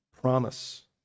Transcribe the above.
promise